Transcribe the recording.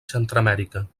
centreamèrica